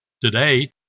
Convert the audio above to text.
Today